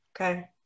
okay